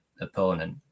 opponent